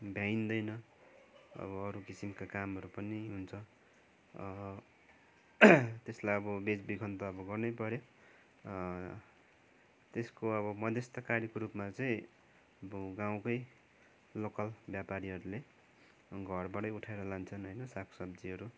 भ्याइँदैन अब अरू किसिमको कामहरू पनि हुन्छ त्यसलाई अब बेच बिखन् त अब गर्नै पऱ्यो त्यसको अब मद्यस्तकारीको रूपमा चाहिँ अब गाउँकै लोकल व्यापारीहरूले घरबाटै उठाएर लान्छन् होइन साग सब्जीहरू